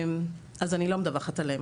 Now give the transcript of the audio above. אז אני לא מדווחת עליהן,